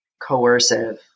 coercive